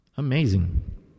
amazing